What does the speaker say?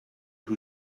who